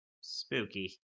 Spooky